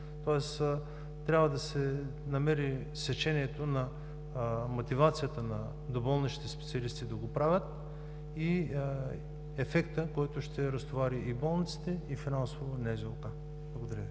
Тоест трябва да се намери сечението, мотивацията на доболничните специалисти да го правят и ефектът, който ще разтовари и болниците, и финансово НЗОК. Благодаря Ви.